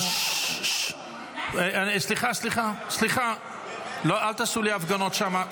אנחנו --- סליחה, סליחה, אל תעשו לי הפגנות שמה.